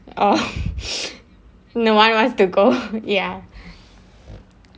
oh no one want to go ya